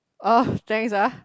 oh thanks ah